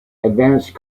advanced